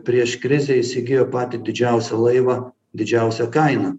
prieš krizę įsigijo patį didžiausią laivą didžiausia kaina